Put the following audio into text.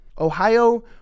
Ohio